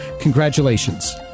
Congratulations